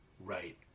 right